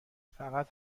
فقط